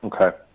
Okay